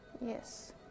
Yes